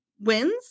wins